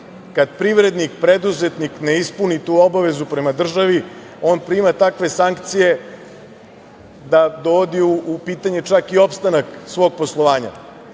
Kad privrednik preduzetnik ne ispuni tu obavezu prema državi, on prima takve sankcije da dovodi u pitanje čak i opstanak svog poslovanja.